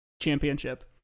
championship